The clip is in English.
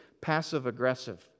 passive-aggressive